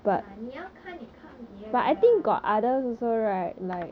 ah 你要看你看别的 lah